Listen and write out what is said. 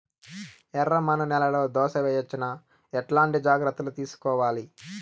ఎర్రమన్ను నేలలో దోస వేయవచ్చునా? ఎట్లాంటి జాగ్రత్త లు తీసుకోవాలి?